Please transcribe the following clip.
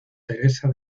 teresa